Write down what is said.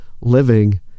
living